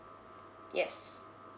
yes